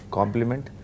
compliment